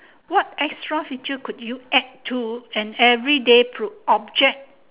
what extra feature could you add to an everyday object